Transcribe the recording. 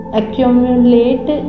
accumulate